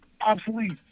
obsolete